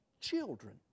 children